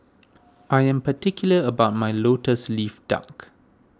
I am particular about my Lotus Leaf Duck